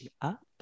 up